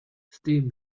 steam